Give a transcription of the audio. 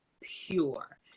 pure